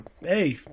hey